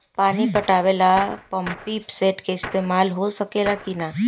पानी पटावे ल पामपी सेट के ईसतमाल हो सकेला कि ना?